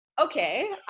Okay